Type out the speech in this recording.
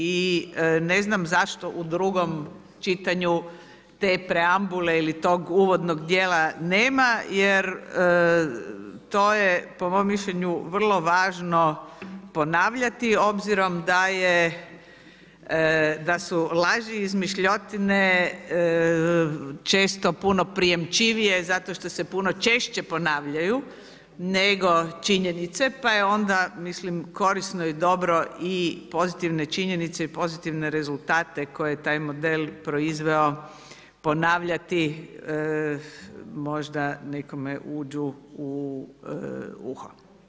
I ne znam, zašto u drugom čitanju te preambule ili tog uvodnog dijela nema, jer to, je po mom mišljenju vrlo važno ponavljati, obzirom da je, da su laži i izmišljotine često puno prijemčivije, zato što se puno češće ponavljaju, nego činjenice, pa je onda, mislim, korisno i dobro i pozitivne činjenice i pozitivne rezultate, koje je taj model proizveo, ponavljati, možda nekome uđu u uho.